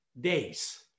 days